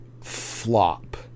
flop